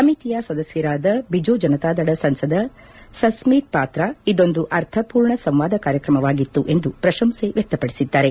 ಸಮಿತಿಯ ಸದಸ್ಯರಾದ ಬಿಜು ಜನತಾದಳ ಸಂಸದ ಸಸ್ಟೀತ್ ಪಾತ್ರಾ ಇದೊಂದು ಅರ್ಥಪೂರ್ಣ ಸಂವಾದ ಕಾರ್ಯಕ್ರಮವಾಗಿತ್ತು ಎಂದು ಪ್ರಶಂಸೆ ವ್ಯಕ್ತಪಡಿಸಿದ್ದಾರೆ